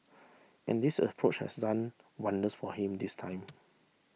and this approach has done wonders for him this time